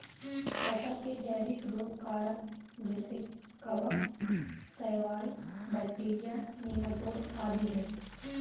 फसल के जैविक रोग कारक जैसे कवक, शैवाल, बैक्टीरिया, नीमाटोड आदि है